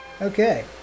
Okay